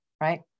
right